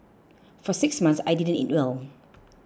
for six months I didn't eat well